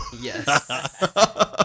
Yes